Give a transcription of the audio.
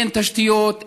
אין תשתיות,